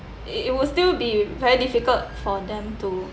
it it will still be very difficult for them to